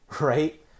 right